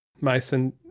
Mason